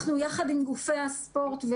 אנחנו יחד עם גופי הספורט,